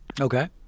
Okay